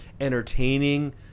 entertaining